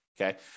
Okay